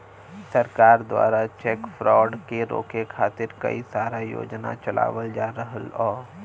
सरकार दवारा cheque fraud के रोके खातिर कई सारा योजना चलावल जा रहल हौ